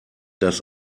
das